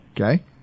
Okay